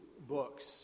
books